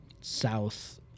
South